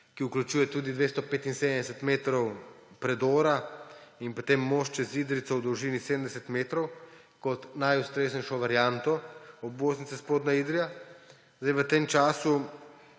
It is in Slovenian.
ki vključuje tudi 275 metrov predora in potem most čez Idrijco v dolžini 70 metrov kot najustreznejšo varianto obvoznice Spodnja Idrija. V tem času,